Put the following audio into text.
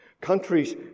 Countries